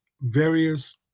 various